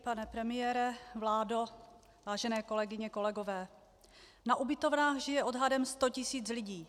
Pane premiére, vládo, vážené kolegyně, kolegové, na ubytovnách žije odhadem sto tisíc lidí.